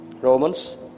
Romans